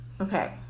Okay